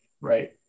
right